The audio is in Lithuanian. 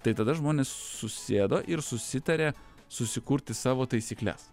tai tada žmonės susėdo ir susitarė susikurti savo taisykles